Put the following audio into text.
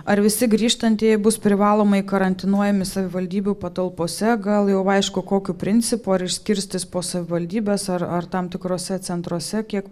ar visi grįžtantieji bus privalomai karantinuojami savivaldybių patalpose gal jau aišku kokiu principu ar išskirstys po savivaldybes ar ar tam tikruose centruose kiek